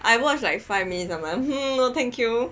I watched like five minutes I am like hmm no thank you